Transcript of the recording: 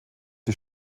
die